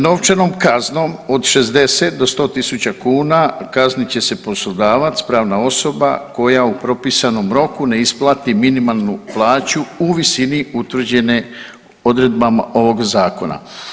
Novčanom kaznom od 60 do 100 000 kuna kaznit će se poslodavac, pravna osoba koja u propisanom roku ne isplati minimalnu plaću u visini utvrđene odredbama ovog zakona.